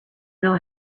know